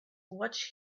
watch